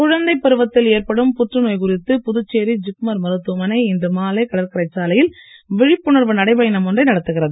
குழந்தை பருவத்தில் ஏற்படும் புற்றுநோய் குறித்து புதுச்சேரி ஜிப்மர் மருத்துவமனை இன்று மாலை கடற்கரைச் சாலையில் விழிப்புணர்வு நடைப்பயணம் ஒன்றை நடத்துகிறது